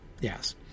Yes